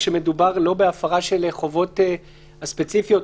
כשמדובר לא בהפרה של החובות הספציפיות,